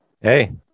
hey